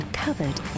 covered